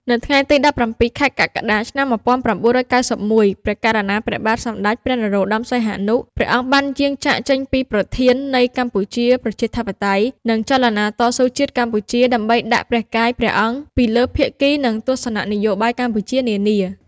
នៅថ្ងៃទី១៧ ខែកក្កដា ឆ្នាំ១៩៩១ ព្រះករុណាព្រះបាទសម្តេចព្រះនរោត្តម សីហនុ ព្រះ អង្គបានយាងចាកចេញពីប្រធាននៃកម្ពុជាប្រជាធិបតេយ្យ និងចលនាតស៊ូជាតិកម្ពុជា ដើម្បីដាក់ព្រះកាយព្រះអង្គពីលើភាគី និងទស្សនៈនយោបាយកម្ពុជានានា។